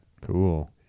Cool